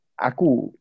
aku